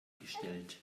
gestellt